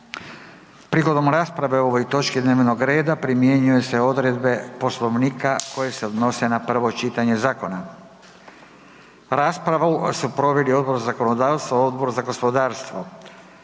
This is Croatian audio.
Prigodom rasprave o ovoj točci dnevnog reda primjenjuju se odredbe Poslovnika koje se odnose na prvo čitanje zakona. Raspravu su proveli Odbor za zakonodavstvo i Odbor za zdravstvo